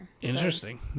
Interesting